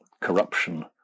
corruption